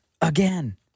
again